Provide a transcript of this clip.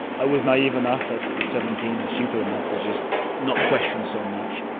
i was naive enough that. seventeen and stupid enough to just not question so much,